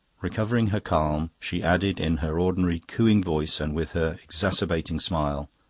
recovering her calm, she added in her ordinary cooing voice and with her exacerbating smile,